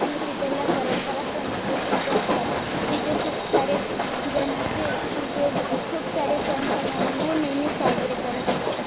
आणि तिथल्या परंपरा संस्कृती जपतात तिथे खूप सारे जण असे आहेत की जे खूप सारे सण समारंभ हे नेहमी साजरे करत असतात